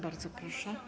Bardzo proszę.